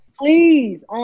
Please